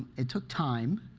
it took time,